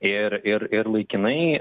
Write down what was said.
ir ir ir laikinai